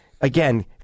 Again